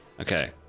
Okay